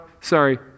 sorry